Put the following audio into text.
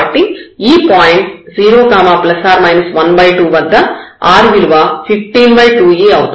కాబట్టి ఈ పాయింట్ 0 ±12 వద్ద r విలువ 152e అవుతుంది